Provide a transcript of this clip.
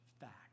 fact